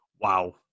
Wow